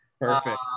Perfect